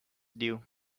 due